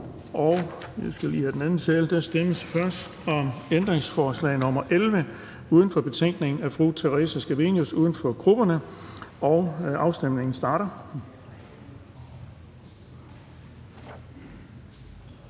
fg. formand (Erling Bonnesen): Der stemmes først om ændringsforslag nr. 11 uden for betænkningen af fru Theresa Scavenius (UFG), uden for grupperne. Afstemningen starter.